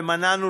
ומנענו,